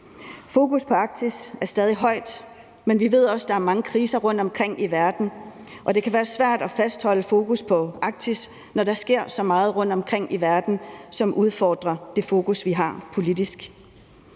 Fokusset på Arktis er stadig højt, men vi ved også, at der er mange kriser rundtomkring i verden, og at det kan være svært at fastholde fokus på Arktis, når der sker så meget rundtomkring i verden, som udfordrer det fokus, vi politisk